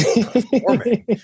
performing